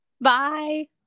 Bye